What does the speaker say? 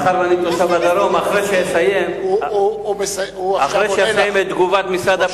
אחרי שאסיים את תגובת משרד הפנים,